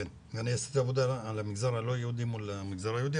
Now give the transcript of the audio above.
עשיתי עבודה על המגזר הלא-יהודי מול המגזר היהודי,